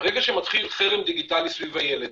ברגע שמתחיל חרם דיגיטלי סביב הילד,